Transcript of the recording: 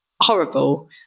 horrible